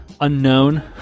Unknown